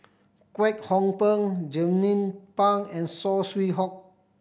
Kwek Hong Png Jernnine Pang and Saw Swee Hock